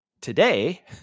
Today